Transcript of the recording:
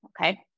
okay